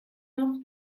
noch